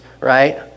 right